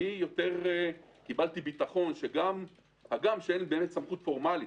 קיבלתי יותר ביטחון מכך שלמרות שאין באמת סמכות פורמלית,